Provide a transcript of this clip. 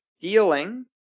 dealing